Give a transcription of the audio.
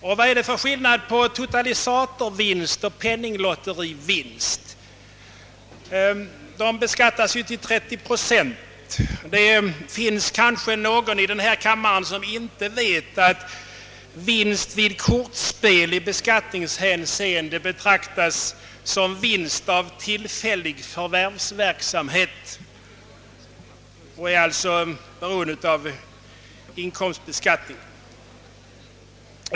Och vad är det för skillnad mellan totalisatorvinst och penninglotterivinst? Den sistnämnda beskattas ju med 30 procent. Det finns kanske någon i den här kammaren som inte vet att vinst vid kortspel i beskattningshänseende betraktas som »vinst av tillfällig förvärvsverksamhet» och alltså är föremål för inkomstbeskattning.